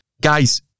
Guys